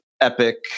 epic